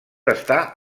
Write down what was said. està